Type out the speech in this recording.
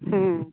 ହୁଁ